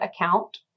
account